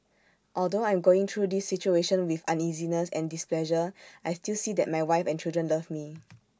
although I'm going through this situation with uneasiness and displeasure I still see that my wife and children love me